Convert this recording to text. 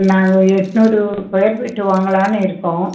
நாங்கள் எட்நூறு square feet வாங்கலாம்னு இருக்கோம்